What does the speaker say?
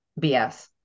BS